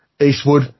Eastwood